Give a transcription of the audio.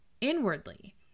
inwardly